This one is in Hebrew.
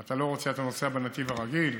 אתה לא רוצה, אתה נוסע בנתיב הרגיל.